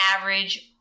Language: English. average